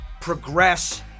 progress